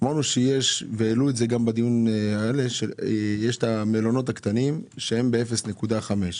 אמרנו שיש את המלונות הקטנים שהם ב-0.5,